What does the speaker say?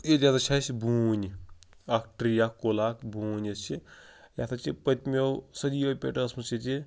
ییٚتہِ ہَسا چھِ اَسہِ بوٗنۍ اَکھ ٹرٛی اَکھ کُل اَکھ بوٗنۍ یۄس چھِ یَتھ حظ چھِ پٔتۍمیو صدیو پٮ۪ٹھ ٲسمٕژ ییٚتہِ یہِ